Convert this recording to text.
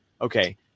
Okay